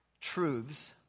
truths